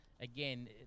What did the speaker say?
again